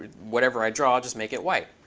whatever i draw just make it white.